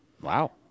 Wow